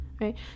right